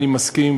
אני מסכים,